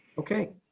okay,